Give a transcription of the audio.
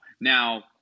Now